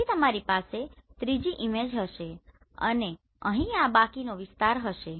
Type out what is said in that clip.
પછી તમારી પાસે ત્રીજી ઈમેજ હશે અને અહીં આ બાકીનો વિસ્તાર હશે